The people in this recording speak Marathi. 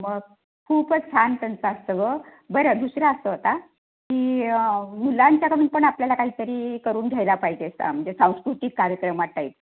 मग खूपच छान त्यांचं असतं गं बरं दुसरं असं आता की मुलांच्या कडून पण आपल्याला काहीतरी करून घ्यायला पाहिजे स म्हणजे सांस्कृतिक कार्यक्रम टाईप